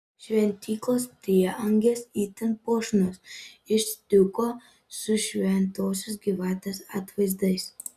šventyklos prieangis itin puošnus iš stiuko su šventosios gyvatės atvaizdais